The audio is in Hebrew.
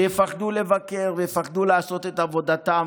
שיפחדו לבקר ויפחדו לעשות את עבודתם.